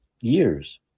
years